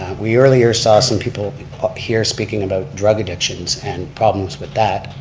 we earlier saw some people here speaking about drug addictions and problems with that.